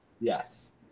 Yes